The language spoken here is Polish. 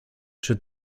czy